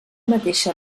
mateixa